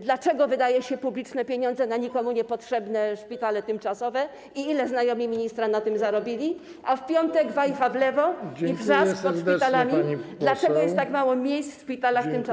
dlaczego wydaje się publiczne pieniądze na nikomu niepotrzebne szpitale tymczasowe i ile znajomi ministra na tym zarobili, a w piątek wajcha w lewo i wrzask pod szpitalami, dlaczego jest tak mało miejsc w szpitalach tymczasowych.